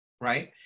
right